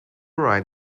ride